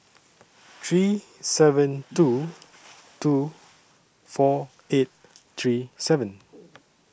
three seven two two four eight three seven